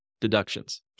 deductions